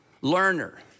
learner